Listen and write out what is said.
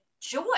joy